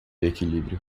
equilíbrio